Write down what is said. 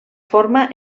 forma